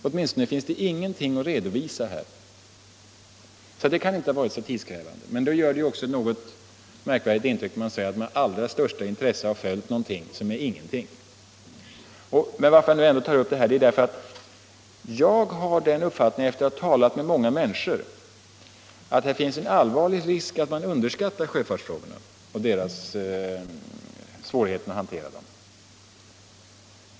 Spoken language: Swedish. Åtminstone finns det ingenting att redovisa här, så det kan inte ha varit så tidskrävande. Men då gör det ju också ett något märkvärdigt intryck när man säger att man med allra största intresse har följt någonting som är ingenting. Att jag ändå tar upp detta spörsmål beror på att jag har den uppfattningen, efter att ha talat med många människor, att här finns en allvarlig risk för att man underskattar sjöfartsfrågorna och svårigheterna att hantera dem.